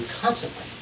constantly